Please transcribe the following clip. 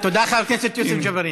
תודה, חבר הכנסת יוסף ג'בארין.